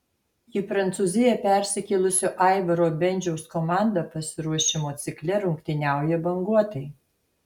į prancūziją persikėlusio aivaro bendžiaus komanda pasiruošimo cikle rungtyniauja banguotai